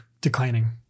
declining